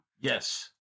Yes